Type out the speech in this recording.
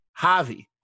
Javi